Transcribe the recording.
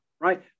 Right